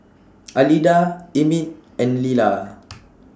Alida Emit and Lila